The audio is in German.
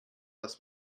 dass